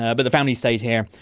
ah but the family stayed here.